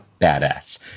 Badass